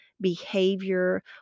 behavior